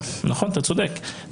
נכון, אתה צודק.